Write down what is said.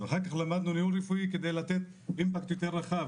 ואחר כך למדנו ניהול רפואי כדי לתת אימפקט יותר רחב